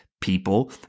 people